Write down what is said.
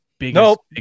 Nope